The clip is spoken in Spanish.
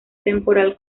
temporal